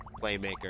Playmaker